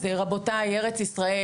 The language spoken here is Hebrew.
אז רבותיי ארץ ישראל,